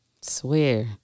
Swear